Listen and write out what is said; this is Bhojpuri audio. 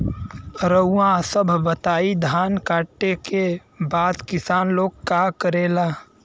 रउआ सभ बताई धान कांटेके बाद किसान लोग का करेला?